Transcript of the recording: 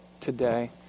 today